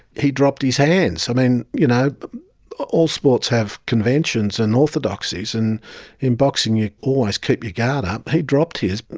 he dropped his hands. so you know but all sports have conventions and orthodoxies, and in boxing you always keep your guard up. he dropped his,